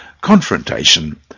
confrontation